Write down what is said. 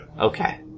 Okay